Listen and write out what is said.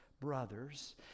brothers